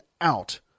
out